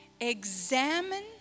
examine